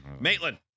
Maitland